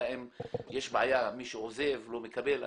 יש בעיה, מי שעוזב לא מקבל.